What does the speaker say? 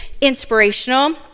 inspirational